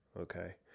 Okay